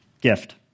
gift